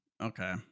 Okay